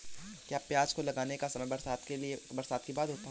क्या प्याज को लगाने का समय बरसात के बाद होता है?